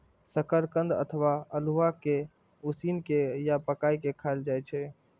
शकरकंद अथवा अल्हुआ कें उसिन के या पकाय के खायल जाए छै